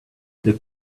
the